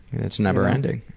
it's never ending.